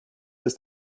ist